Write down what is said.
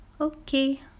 Okay